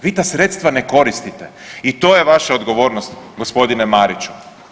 Vi ta sredstva ne koristite i to je vaša odgovornost g. Mariću.